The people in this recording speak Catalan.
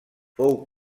fou